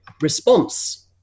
response